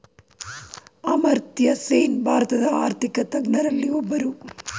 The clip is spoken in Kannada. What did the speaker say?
ಅಮರ್ತ್ಯಸೇನ್ ಭಾರತದ ಆರ್ಥಿಕ ತಜ್ಞರಲ್ಲಿ ಒಬ್ಬರು